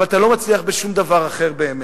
אבל אתה לא מצליח בשום דבר אחר באמת.